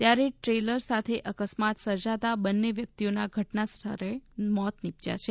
ત્યારે ટ્રેલર સાથે અકસ્માત સર્જાતા બન્ને વ્યક્તિના ઘટના સ્થળે મોત નિપશ્યા છે